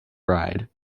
bride